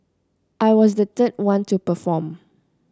I was the third one to perform